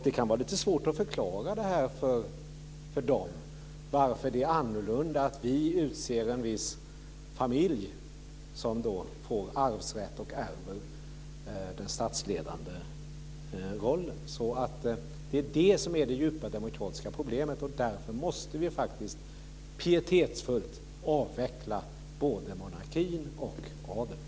Det kan vara lite svårt att förklara för unga människor varför det är annorlunda när vi utser en viss familj som har arvsrätt till den statsledande rollen. Det är detta som är det djupa demokratiska problemet. Därför måste vi faktiskt pietetsfullt avveckla både monarkin och adeln.